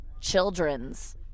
children's